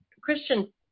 Christian